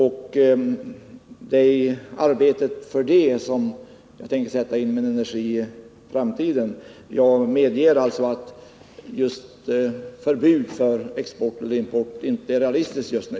Det är i arbetet härpå som jag i framtiden tänkte sätta in min energi. Jag medger att förbud mot export eller import inte är realistiskt just nu.